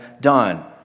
done